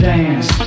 Dance